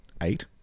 eight